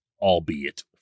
albeit